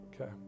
okay